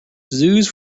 zoos